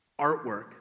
artwork